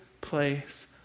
place